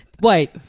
Wait